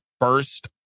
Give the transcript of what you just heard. first